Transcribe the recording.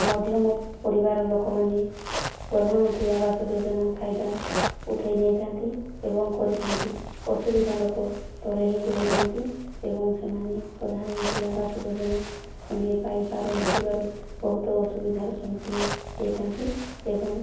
ମଧ୍ୟମ ପରିବାର ଲୋକମାନେ ପ୍ରଧାନମନ୍ତ୍ରୀ ଆବାସ ଯୋଜନା ଫାଇଦା ଉଠେଇ ନେଇଥାଆନ୍ତି ଏବଂ କରିଥାଆନ୍ତି ଅସୁବିଧା ଲୋକ ତଳେ ହିଁ ରହିଯାଆନ୍ତି ଏବଂ ସେମାନେ ପ୍ରଧାନମନ୍ତ୍ରୀ ଆବାସ ଯୋଜନା ଖଣ୍ଡେ ପାଇପାରୁ ନଥିବାରୁ ବହୁତ ଅସୁବିଧାର ସମ୍ମୁଖୀନ ହୋଇଥାଆନ୍ତି ଏବଂ